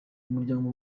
muryango